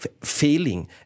failing